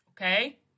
Okay